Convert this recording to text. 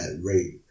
rate